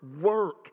work